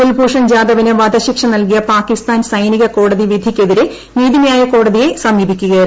കുൽഭൂഷൺ ജാദവിന് വധശിക്ഷ നൽകിയ പാകിസ്ഥാൻ സൈനിക കോടതി വിധിക്കെതിരെ നീതിന്യായ കോടതിയെ സമീപിക്കുകയായിരുന്നു